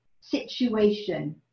situation